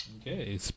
Okay